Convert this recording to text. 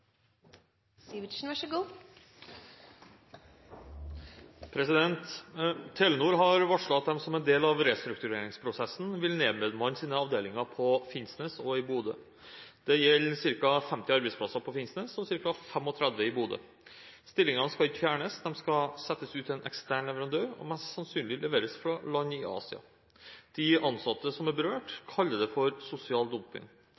i Bodø. Det gjelder ca. 50 arbeidsplasser på Finnsnes og ca. 35 i Bodø. Stillingene skal ikke fjernes, de skal settes ut til en ekstern leverandør, og mest sannsynlig leveres fra land i Asia. De ansatte som er berørt, kaller det for sosial dumping.